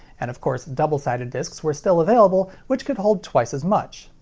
and of course double sided discs were still available which could hold twice as much.